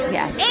yes